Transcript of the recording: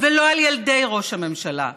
ולא על ילדי ראש הממשלה.